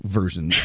version